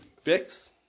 fix